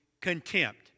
contempt